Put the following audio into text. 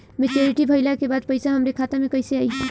Maturity भईला के बाद पईसा हमरे खाता में कइसे आई?